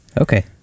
Okay